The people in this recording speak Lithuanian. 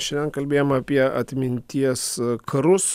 šiandien kalbėjom apie atminties karus